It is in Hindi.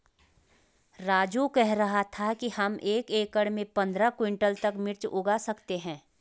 राजू कह रहा था कि हम एक एकड़ में पंद्रह क्विंटल तक मिर्च उगा सकते हैं